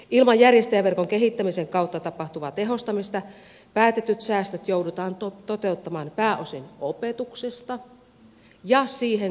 ilman järjestäjäverkon kehittämisen kautta tapahtuvaa tehostamista päätetyt säästöt joudutaan toteuttamaan pääosin opetuksesta ja siihen kohdistettavista resursseista